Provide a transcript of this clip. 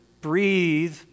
breathe